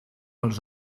els